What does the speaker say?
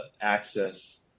access